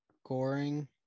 scoring